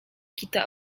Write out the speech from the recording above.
kitę